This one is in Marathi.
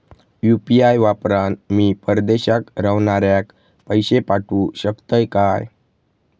यू.पी.आय वापरान मी परदेशाक रव्हनाऱ्याक पैशे पाठवु शकतय काय?